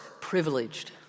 privileged